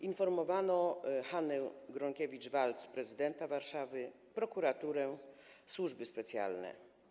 Informowano Hannę Gronkiewicz-Waltz, prezydenta Warszawy, prokuraturę, służby specjalne.